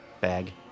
bag